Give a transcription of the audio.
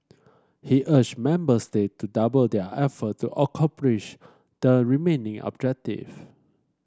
he urged member state to double their effort to accomplish the remaining objective